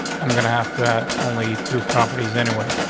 i'm gonna have to add only two properties anyway.